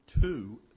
two